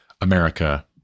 America